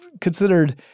considered